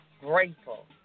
grateful